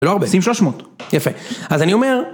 לא הרבה. שים 300. יפה. אז אני אומר...